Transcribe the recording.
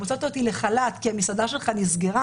אם הוצאת אותי לחל"ת כי המסעדה שלך נסגרה,